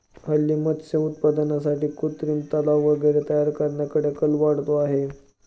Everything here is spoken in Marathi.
हल्ली मत्स्य उत्पादनासाठी कृत्रिम तलाव वगैरे तयार करण्याकडे कल वाढतो आहे